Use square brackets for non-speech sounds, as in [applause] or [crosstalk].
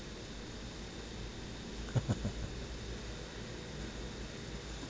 [laughs]